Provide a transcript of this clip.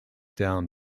down